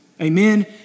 Amen